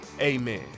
amen